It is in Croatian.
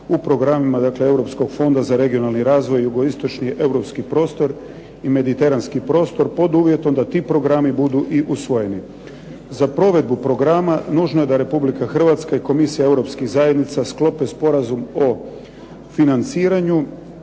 u programima, dakle Europskog fonda za regionalni razvoj, jugoistočni europski prostor i mediteranski prostor pod uvjetom da ti programi budu i usvojeni. Za provedbu programa nužno je da Republika Hrvatska i Komisija Europskih zajednica sklope Sporazum o financiranju